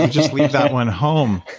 and just leave that one home.